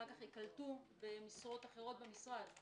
ייקלטו אחר כך במשרות אחרות במשרד.